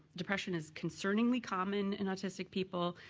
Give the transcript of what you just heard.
depression is concerningly common in autistic people.